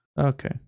Okay